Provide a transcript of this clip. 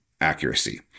accuracy